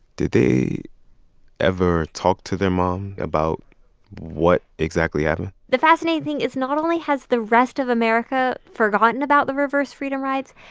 did they ever talk to their mom about what exactly happened? the fascinating thing is not only has the rest of america forgotten about the reverse freedom rides,